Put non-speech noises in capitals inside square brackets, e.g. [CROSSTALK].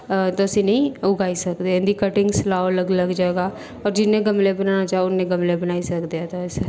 तुस इनेंगी उगाई सकदे इंदी कटिंग स्लाओ अलग अलग जगह जिन्ने गमले बनाना चाहो उन्ने गमले बनाई सकदे [UNINTELLIGIBLE]